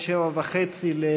אנחנו